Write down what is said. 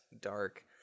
dark